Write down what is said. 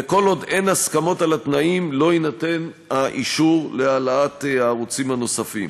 וכל עוד אין הסכמות על התנאים לא יינתן האישור להעלאת הערוצים הנוספים.